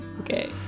Okay